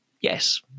yes